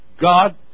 God